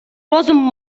розум